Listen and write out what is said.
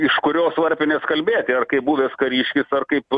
iš kurios varpinės kalbėti kaip buvęs kariškis ar kaip